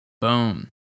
Boom